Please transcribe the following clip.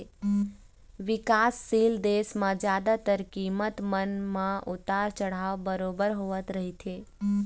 बिकासशील देश म जादातर कीमत मन म उतार चढ़ाव बरोबर होवत रहिथे